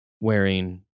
wearing